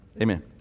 amen